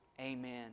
Amen